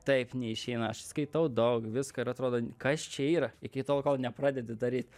taip neišeina aš skaitau daug viską ir atrodo kas čia yra iki tol kol nepradedi daryt